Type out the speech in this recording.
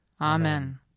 Amen